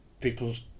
people's